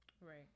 Right